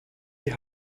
die